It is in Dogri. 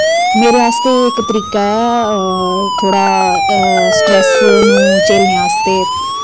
मेरे आस्तै तरीका इक ऐ थोह्ड़ा स्ट्रैस्स नू झेलने आस्तै